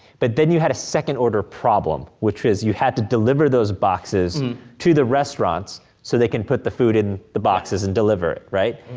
but then you had a second order problem, which is you had to deliver those boxes and to the restaurants so they can put the food in the boxes and deliver it, right?